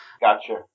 Gotcha